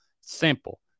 Simple